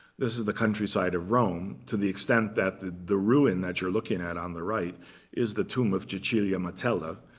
this is the countryside of rome, to the extent that the the ruin that you're looking at on the right is the tomb of caecilia metella,